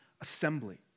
assembly